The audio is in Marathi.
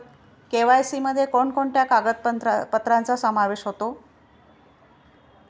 के.वाय.सी मध्ये कोणकोणत्या कागदपत्रांचा समावेश होतो?